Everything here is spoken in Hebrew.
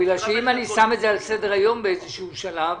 בגלל שאם אני שם את זה על סדר-היום באיזשהו שלב,